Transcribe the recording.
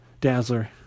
dazzler